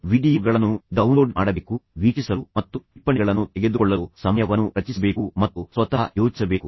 ನೀವು ವೀಡಿಯೊ ಗಳನ್ನು ಡೌನ್ಲೋಡ್ ಮಾಡಬೇಕು ವೀಕ್ಷಿಸಲು ಮತ್ತು ಟಿಪ್ಪಣಿಗಳನ್ನು ತೆಗೆದುಕೊಳ್ಳಲು ನಿರ್ದಿಷ್ಟ ಸಮಯವನ್ನು ರಚಿಸಬೇಕು ಮತ್ತು ನೀವೇ ಸ್ವತಃ ಯೋಚಿಸಬೇಕು